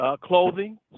clothing